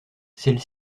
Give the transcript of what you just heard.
celle